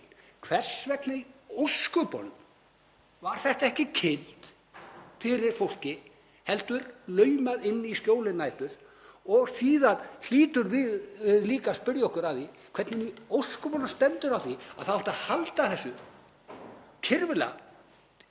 Hvers vegna í ósköpunum var þetta ekki kynnt fyrir fólki heldur laumað inn í skjóli nætur? Síðan hljótum við líka að spyrja okkur að því hvernig í ósköpunum stendur á því að það átti að halda þessu kirfilega